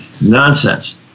Nonsense